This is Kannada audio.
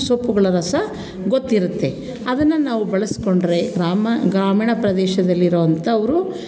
ಸೊಪ್ಪುಗಳ ರಸ ಗೊತ್ತಿರುತ್ತೆ ಅದನ್ನು ನಾವು ಬಳಸಿಕೊಂಡ್ರೆ ಗ್ರಾಮ ಗ್ರಾಮೀಣ ಪ್ರದೇಶದಲ್ಲಿರುವಂಥವ್ರು